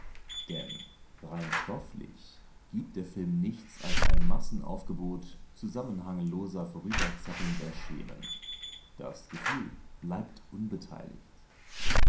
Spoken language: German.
denn rein stofflich gibt der film nichts als ein massenaufgebot zusammenhangloser vorüberzappelnder schemen das gefühl bleibt unbeteiligt